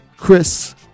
Chris